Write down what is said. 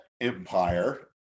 empire